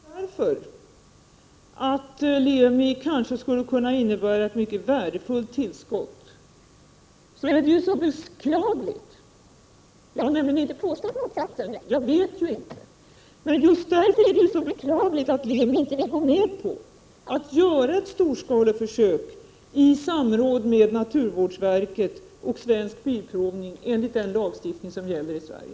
Herr talman! Just därför att Lemi-systemet kanske skulle kunna innebära ett mycket värdefullt tillskott — jag har nämligen inte påstått motsatsen, eftersom jag inte vet det — är det så beklagligt att Lemi AB inte vill gå med på att göra ett storskaleförsök i samråd med naturvårdsverket och Svensk Bilprovning enligt den lagstiftning som gäller i Sverige.